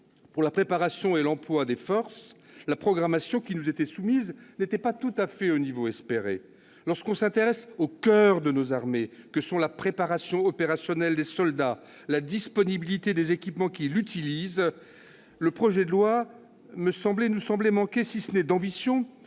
pour la préparation et l'emploi des forces, la programmation qui nous était soumise ne se situait pas tout à fait au niveau espéré. Lorsque l'on s'intéresse au « coeur » de nos armées que sont la préparation opérationnelle des soldats et la disponibilité des équipements qu'ils utilisent, le projet de loi nous semblait manquer, si ce n'est d'ambition,